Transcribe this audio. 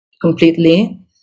completely